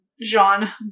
Jean